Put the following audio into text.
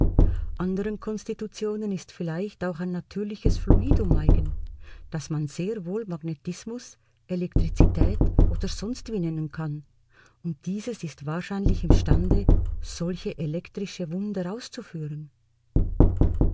anderen konstitutionen ist vielleicht auch ein natürliches fluidum eigen das man sehr wohl magnetismus elektrizität oder sonstwie nennen kann und dieses ist wahrscheinlich imstande solche elektrische wunder auszuführen